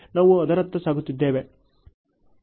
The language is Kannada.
ನಾವು ಅದರತ್ತ ಸಾಗುತ್ತಿದ್ದೇವೆ